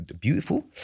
beautiful